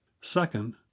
Second